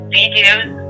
videos